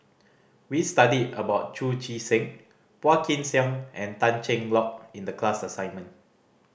we studied about Chu Chee Seng Phua Kin Siang and Tan Cheng Lock in the class assignment